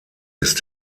ist